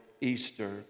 Easter